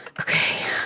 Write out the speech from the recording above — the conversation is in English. Okay